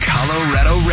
Colorado